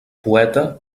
poeta